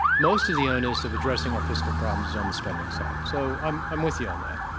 most of the onus of addressing our fiscal problems is on the spending side. so, i'm i'm with you on that.